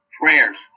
prayers